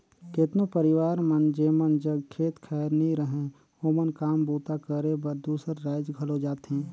केतनो परिवार मन जेमन जग खेत खाएर नी रहें ओमन काम बूता करे बर दूसर राएज घलो जाथें